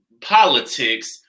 politics